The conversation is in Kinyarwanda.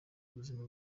ubuzima